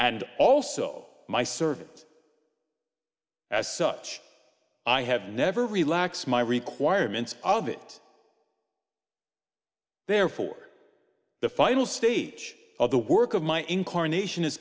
and also my servant as such i have never relax my requirements of it therefore the final stage of the work of my incarnation is